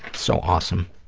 so awesome.